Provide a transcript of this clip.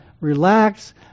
relax